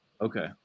Okay